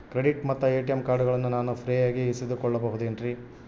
Credit ಮತ್ತ ATM ಕಾರ್ಡಗಳನ್ನ ನಾನು ಫ್ರೇಯಾಗಿ ಇಸಿದುಕೊಳ್ಳಬಹುದೇನ್ರಿ?